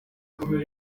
bamwe